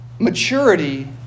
Maturity